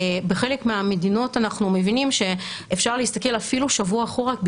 בחלק מהמדינות אנחנו מבינים שאפשר להסתכל אפילו שבוע אחורה.